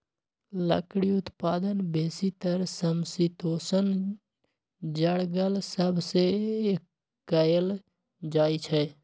लकड़ी उत्पादन बेसीतर समशीतोष्ण जङगल सभ से कएल जाइ छइ